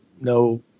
no